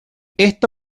esta